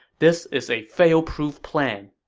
this is a fail-proof plan.